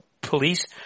police